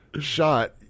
shot